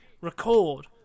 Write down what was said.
record